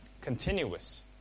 continuous